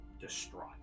distraught